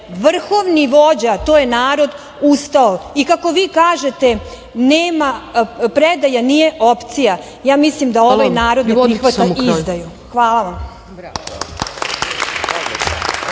vrhovni vođa, a to je narod, ustao i, kako vi kažete, predaja nije opcija. Ja mislim da ovaj narod ne prihvata izdaju. Hvala vam.